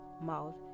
mouth